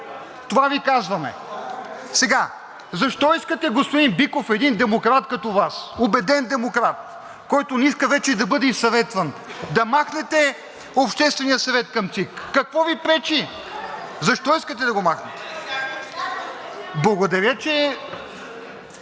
Това Ви казваме. Защо искате, господин Биков, един демократ като Вас, убеден демократ, който не иска вече да бъде и съветван, да махнете Обществения съвет към ЦИК? Какво Ви пречи? Защо искате да го махнете? АЛЕКСАНДЪР